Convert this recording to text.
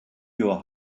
your